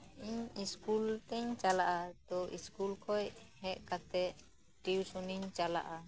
ᱤᱧ ᱤᱥᱠᱩᱞᱛᱮᱧ ᱪᱟᱞᱟᱜᱼᱟ ᱛᱚ ᱤᱥᱠᱩᱞᱠᱷᱚᱡ ᱦᱮᱡᱠᱟᱛᱮᱜ ᱴᱤᱩᱥᱩᱱᱤᱧ ᱪᱟᱞᱟᱜᱼᱟ